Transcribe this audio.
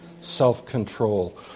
self-control